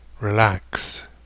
relax